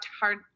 hard